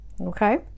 Okay